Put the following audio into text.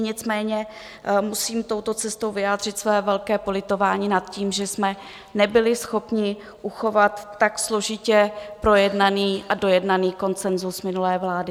Nicméně musím touto cestou vyjádřit své velké politování nad tím, že jsme nebyli schopni uchovat tak složitě projednaný a dojednaný konsenzus minulé vlády.